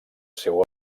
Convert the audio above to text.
seu